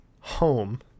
home